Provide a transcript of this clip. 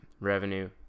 revenue